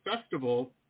festival